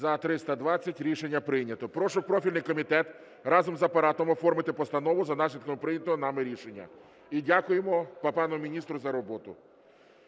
За-320 Рішення прийнято. Прошу профільний комітет разом з Апаратом оформити постанову за наслідками прийнятого нами рішення. І дякуємо пану міністру за роботу.